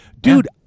dude